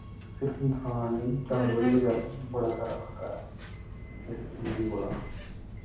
सिर्फ इंसान नेईं जानबर वी बचारें गी बड़ा जैदा खतरा ऐ इस बिजली कोला